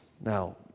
now